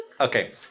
Okay